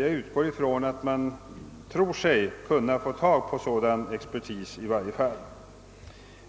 Jag utgår från att man i varje fall tror sig kunna hitta sådan expertis.